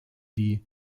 die